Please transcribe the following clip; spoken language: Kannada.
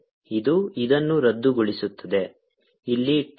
ಇದು ಇದನ್ನು ರದ್ದುಗೊಳಿಸುತ್ತದೆ ಇಲ್ಲಿ 2